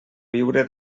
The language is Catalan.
viure